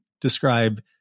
describe